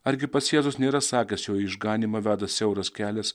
argi pats jėzus nėra sakęs jog išganymą veda siauras kelias